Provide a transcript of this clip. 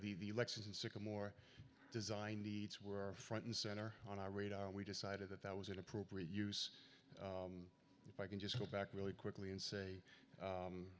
the elections and sycamore design needs were front and center on our radar and we decided that that was an appropriate use if i can just go back really quickly and say